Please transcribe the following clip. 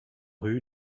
rue